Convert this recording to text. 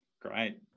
Great